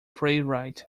playwright